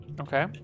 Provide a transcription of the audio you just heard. okay